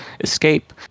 escape